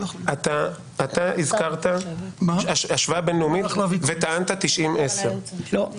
אתה הזכרת השוואה בין-לאומית וטענת 90-10. לא.